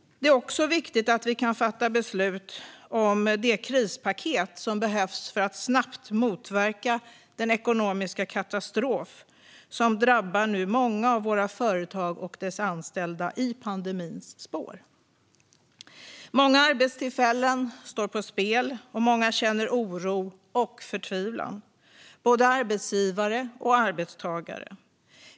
Det är också viktigt att vi kan fatta beslut om det krispaket som behövs för att snabbt motverka den ekonomiska katastrof som drabbar många av våra företag och deras anställda i pandemins spår. Många arbetstillfällen står på spel, och många känner oro och förtvivlan - både arbetsgivare och arbetstagare.